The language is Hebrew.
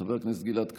חבר הכנסת גלעד קריב,